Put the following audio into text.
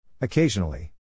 Occasionally